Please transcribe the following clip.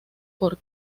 con